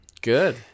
Good